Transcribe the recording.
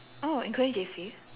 oh including J_C